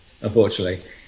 Unfortunately